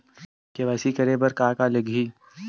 KYC करे बर का का लगही?